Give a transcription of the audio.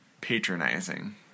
patronizing